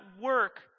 work